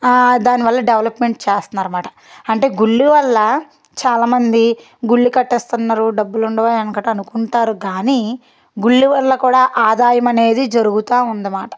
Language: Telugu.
ఆ దానివల్ల డెవలప్మెంట్ చేస్తున్నారు అనమాట అంటే గుళ్ళ వల్ల చాలామంది గుళ్ళు కట్టిస్తున్నారు డబ్బులు ఉండవా ఏంటి అనుకుంటారు కానీ గుళ్ళు వల్ల కూడా ఆదాయం అనేది జరుగుతూ ఉందన్నమాట